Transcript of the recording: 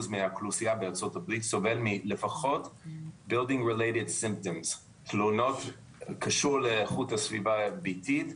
מהאוכלוסייה בארצות הברית סובלת מתלונות שקשורות לאיכות הסביבה הביתית.